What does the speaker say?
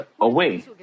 away